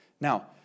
Now